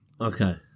Okay